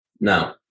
no